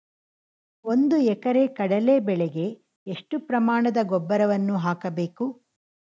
ಒಂದು ಎಕರೆ ಕಡಲೆ ಬೆಳೆಗೆ ಎಷ್ಟು ಪ್ರಮಾಣದ ಗೊಬ್ಬರವನ್ನು ಹಾಕಬೇಕು?